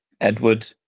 Edward